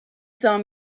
saw